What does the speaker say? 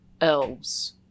elves